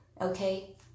okay